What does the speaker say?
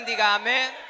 amen